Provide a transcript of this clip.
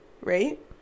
Right